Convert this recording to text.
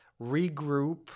regroup